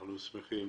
אנחנו שמחים